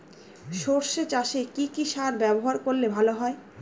সর্ষে চাসে কি কি সার ব্যবহার করলে ভালো হয়?